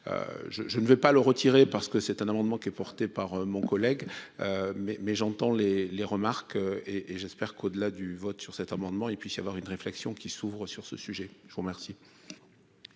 je ne vais pas le retirer, parce que c'est un amendement qui est porté par mon collègue mais mais j'entends les les remarques et et j'espère qu'au-delà du vote sur cet amendement et puis y avoir une réflexion qui s'ouvrent sur ce sujet, je vous remercie.